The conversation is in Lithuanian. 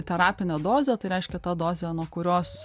terapinę dozę tai reiškia tą dozę nuo kurios